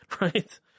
right